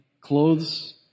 clothes